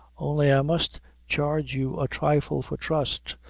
only i must charge you a trifle for trust,